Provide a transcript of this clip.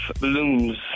balloons